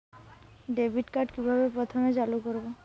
Debit card কিভাবে প্রথমে চালু করব?